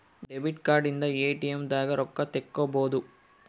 debit card ಇಂದ ATM ದಾಗ ರೊಕ್ಕ ತೆಕ್ಕೊಬೋದು